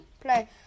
play